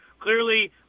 Clearly